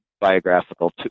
biographical